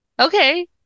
Okay